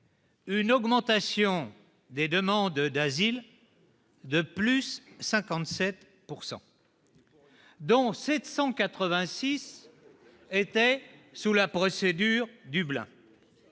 une augmentation des demandes d'asile de plus 57 pourcent,, dont 786 était sous la procédure du